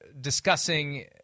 discussing